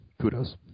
kudos